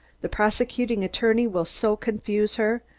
the prosecuting attorney will so confuse her,